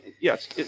Yes